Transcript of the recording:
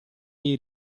dei